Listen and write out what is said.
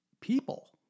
people